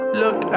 look